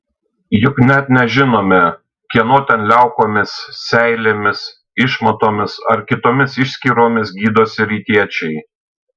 juk net nežinome kieno ten liaukomis seilėmis išmatomis ar kitomis išskyromis gydosi rytiečiai